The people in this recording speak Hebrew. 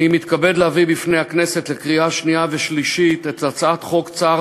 אני מתכבד להביא בפני הכנסת לקריאה שנייה ושלישית את הצעת חוק צער